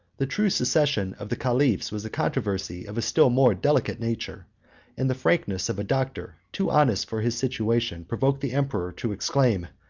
the true succession of the caliphs was a controversy of a still more delicate nature and the frankness of a doctor, too honest for his situation, provoked the emperor to exclaim,